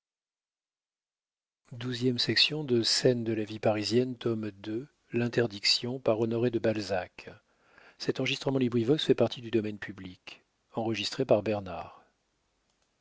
x scènes de la vie parisienne tome ii author honoré de balzac